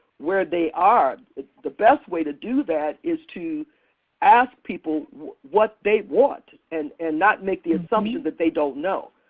where they are. the best way to do that is to ask people what they want and and not make the assumption that they don't know.